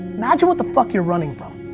imagine what the fuck you're running from.